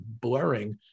blurring